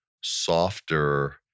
softer